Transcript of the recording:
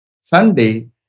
Sunday